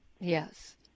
Yes